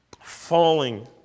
falling